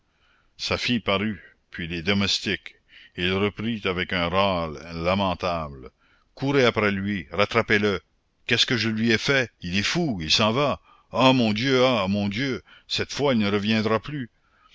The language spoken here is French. sa fille parut puis les domestiques il reprit avec un râle lamentable courez après lui rattrapez le qu'est-ce que je lui ai fait il est fou il s'en va ah mon dieu ah mon dieu cette fois il ne reviendra plus